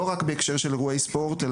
לא רק בהקשר של אירועי ספורט,